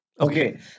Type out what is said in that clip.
Okay